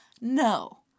no